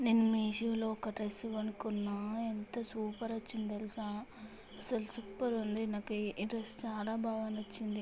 నేను మీషోలో ఒక డ్రెస్సు కొనుకున్నాను ఎంత సూపర్ వచ్చింది తెలుసా అసలు సూపర్ ఉంది నాకు ఈ డ్రెస్ చాలా బాగా నచ్చింది